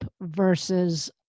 versus